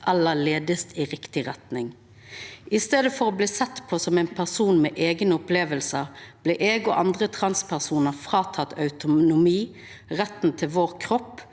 eller ledes i riktig retning. I stedet for å bli sett som en person med egne opplevelser, blir jeg og andre transpersoner fratatt autonomi, rettighet til vår kropp,